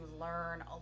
learn